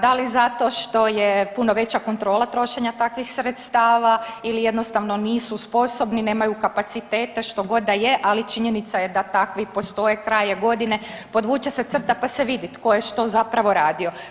Da li zato što je puno veća kontrola trošenja takvih sredstava ili jednostavno nisu sposobni, nemaju kapacitete što god da je, ali činjenica je da takvi postoje, kraj je godine, podvuče se crta pa se vidi tko je što zapravo radio.